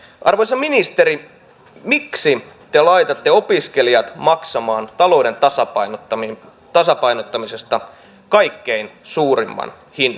arvoisa ministeri miksi te laitatte opiskelijat maksamaan talouden tasapainottamisesta kaikkein suurimman hinnan